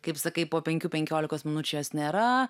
kaip sakai po penkių penkiolikos minučių jos nėra